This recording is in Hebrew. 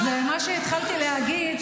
אז מה שהתחלתי להגיד,